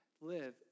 live